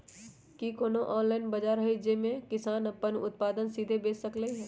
कि कोनो ऑनलाइन बाजार हइ जे में किसान अपन उत्पादन सीधे बेच सकलई ह?